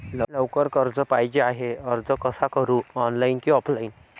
लवकर कर्ज पाहिजे आहे अर्ज कसा करु ऑनलाइन कि ऑफलाइन?